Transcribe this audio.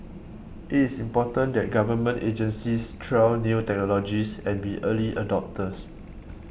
it is important that Government agencies trial new technologies and be early adopters